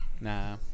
Nah